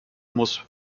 muss